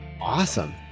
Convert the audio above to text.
awesome